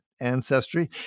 ancestry